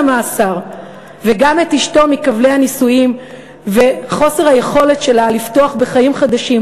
המאסר וגם את אשתו מכבלי הנישואים וחוסר היכולת שלה לפתוח בחיים חדשים,